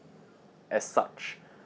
as such